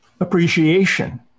appreciation